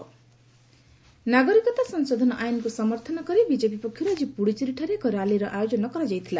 BJP rally ନାଗରିକତା ସଂଶୋଧନ ଆଇନ୍କୁ ସମର୍ଥନ କରି ବିଜେପି ପକ୍ଷରୁ ଆଜି ପୁଡ଼ୁଚେରୀଠାରେ ଏକ ରାଲିର ଆୟୋଜନ କରାଯାଇଥିଲା